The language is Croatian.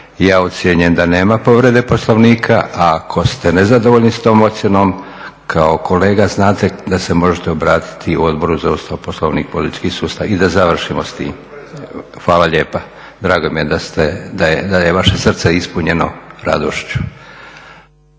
Ja ocjenjujem da nema povrede Poslovnika, a ako ste nezadovoljni s tom ocjenom kao kolega znate da se možete obratiti Odboru za Ustav, Poslovnik i politički sustav i da završimo s tim. … /Upadica se ne razumije./ … Hvala lijepa. Drago mi je da je vaše srce ispunjeno radošću.